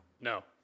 No